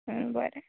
बरें